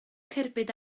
cerbyd